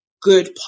good